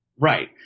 right